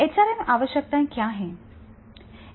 HRM आवश्यकताएं क्या हैं